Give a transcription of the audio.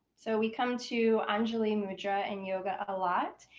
so we come to anjali mudra in yoga a lot.